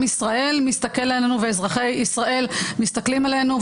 ישראל מסתכל עלינו ואזרחי ישראל מסתכלים עלינו,